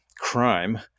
crime